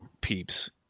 peeps